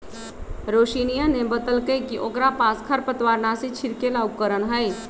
रोशिनीया ने बतल कई कि ओकरा पास खरपतवारनाशी छिड़के ला उपकरण हई